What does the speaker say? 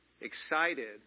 excited